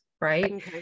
right